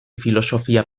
filosofia